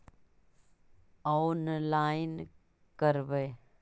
Online करवे?